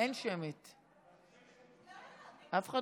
אין שמית.